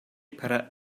per